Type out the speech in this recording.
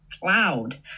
cloud